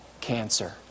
cancer